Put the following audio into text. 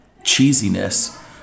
cheesiness